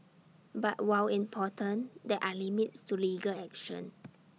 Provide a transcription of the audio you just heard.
but while important there are limits to legal action